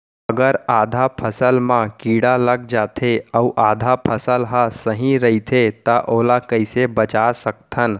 अगर आधा फसल म कीड़ा लग जाथे अऊ आधा फसल ह सही रइथे त ओला कइसे बचा सकथन?